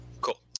Cool